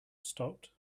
stopped